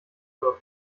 wird